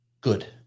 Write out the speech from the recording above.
good